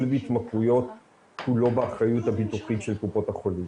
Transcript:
בהתמכרויות הוא לא באחריות הביטוחית של קופות החולים.